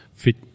fit